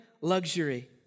luxury